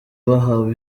bahawe